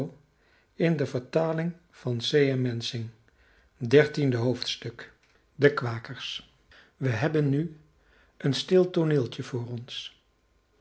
dertiende hoofdstuk de kwakers we hebben nu een stil tooneeltje voor ons